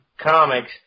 comics